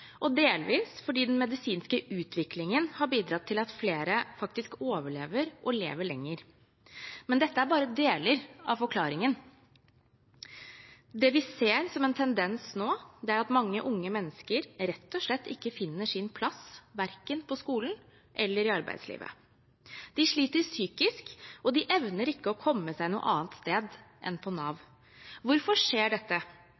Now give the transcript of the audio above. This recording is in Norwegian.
og delvis at den medisinske utviklingen har bidratt til at flere faktisk overlever og lever lenger. Men dette er bare deler av forklaringen. Det vi ser som en tendens nå, er at mange unge mennesker rett og slett ikke finner sin plass verken på skolen eller i arbeidslivet. De sliter psykisk, og de evner ikke å komme seg noe annet sted enn på Nav. Hvorfor skjer dette?